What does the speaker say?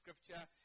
Scripture